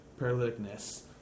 paralyticness